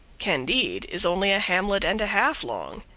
candide is only a hamlet and a half long.